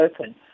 open